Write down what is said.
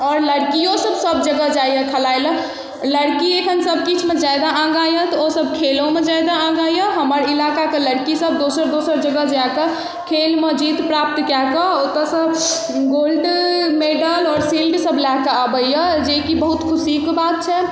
आओर लड़कियो सभ सभ जगह जाइए खेलाइ लऽ लड़की एखन सभ किछुमे जादा आगाँ यऽ तऽ ओ सभ खेलोमे जादा आगा यऽ हमर इलाकाके लड़की सभ दोसर दोसर जगह जाकऽ खेलमे जीत प्राप्त कए कऽ ओतऽसँ गोल्ड मेडल आओर शिल्ड सभ लए कऽ अबैए जेकि बहुत खुशीके बात छै